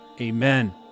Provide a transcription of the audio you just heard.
amen